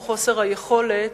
או חוסר היכולת,